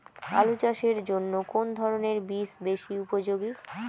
আলু চাষের জন্য কোন ধরণের বীজ বেশি উপযোগী?